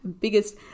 biggest